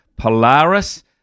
Polaris